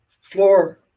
floor